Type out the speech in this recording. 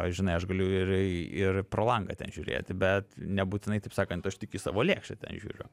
aš žinai aš galiu ir ir pro langą ten žiūrėti bet nebūtinai taip sakant aš tik į savo lėkštę ten žiūriu